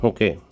Okay